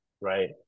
right